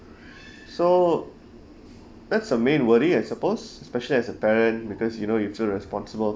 so that's a main worry I suppose especially as a parent because you know you feel responsible